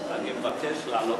אני מבקש לענות.